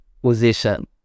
position